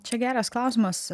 čia geras klausimas